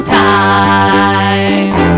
time